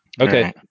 Okay